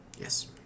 Yes